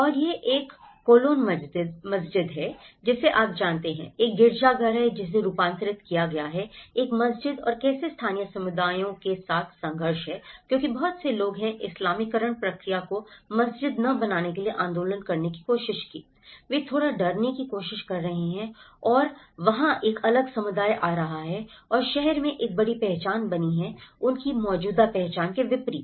और यह एक कोलोन मस्जिद भी है जिसे आप जानते हैं एक गिरजाघर है जिसे रूपांतरित किया गया है एक मस्जिद और कैसे स्थानीय समुदायों के साथ संघर्ष है क्योंकि बहुत से लोग हैं इस्लामीकरण प्रक्रिया को मस्जिद न बनाने के लिए आंदोलन करने की कोशिश की वे थोड़ा डरने की कोशिश कर रहे हैं वहाँ एक अलग समुदाय आ रहा है और शहर में एक बड़ी पहचान बनी है उनकी मौजूदा पहचान के विपरीत